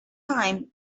time